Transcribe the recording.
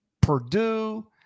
Purdue